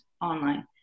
online